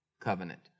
covenant